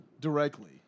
Directly